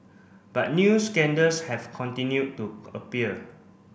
but new scandals have continued to appear